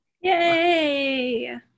Yay